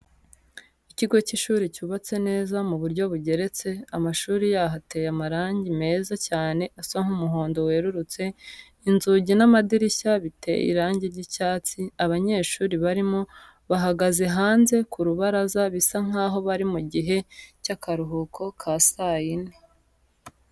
Ikigo cy'ishuri cyubatse neza mu buryo bugeretse, amashuri yaho ateye amarangi meza cyane asa nk'umuhondo werurutse, inzugi n'amadirishya biteye irangi ry'icyatsi, abanyeshuri barimo bahagaze hanze ku rubaraza bisa nkaho bari mu gihe cy'akaruhuko ka saa yine.